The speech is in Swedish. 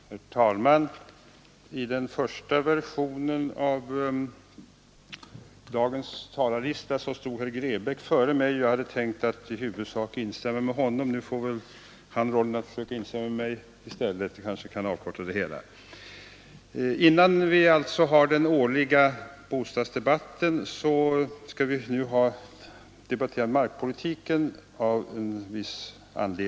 Herr talman! I den första versionen av dagens talarlista stod herr Grebäck före mig, och jag hade tänkt att i huvudsak instämma med honom. Nu får väl han rollen att försöka instämma med mig i stället; det kanske kan avkorta det hela. Innan vi har den årliga bostadsdebatten skall vi nu av viss anledning debattera markpolitiken.